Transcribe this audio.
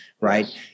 right